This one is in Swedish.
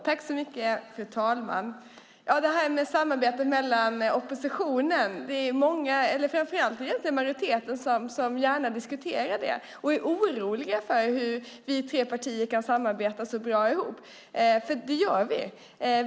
Fru talman! Majoriteten diskuterar gärna oppositionens samarbete och är oroliga för hur vi tre partier kan samarbeta så bra ihop. Det gör vi nämligen.